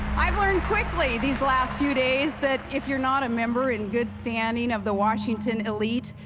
i've learned quickly these last few days that if you're not a member in good standing of the washington elite,